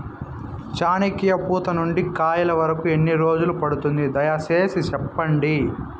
చెనక్కాయ పూత నుండి కాయల వరకు ఎన్ని రోజులు పడుతుంది? దయ సేసి చెప్పండి?